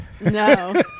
No